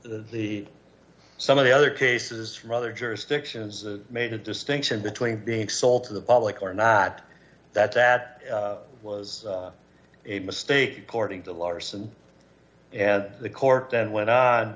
the some of the other cases from other jurisdictions made a distinction between being sold to the public or not that that was a mistake porting to larsen and the court and went on